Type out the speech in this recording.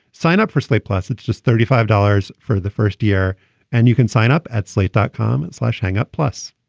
sign up for slate. plus, it's just thirty five dollars for the first year and you can sign up at slate dot com and slash hang-up plus.